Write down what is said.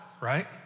right